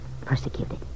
persecuted